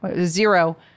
zero